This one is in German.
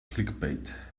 clickbait